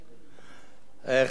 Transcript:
חבר הכנסת, הוא דיבר על חיים משותפים.